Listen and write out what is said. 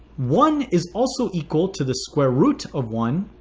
one is also equal to the square root of one,